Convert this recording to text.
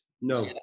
No